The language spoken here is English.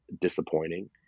disappointing